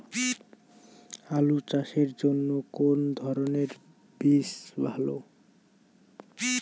আলু চাষের জন্য কোন ধরণের বীজ ভালো?